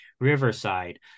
Riverside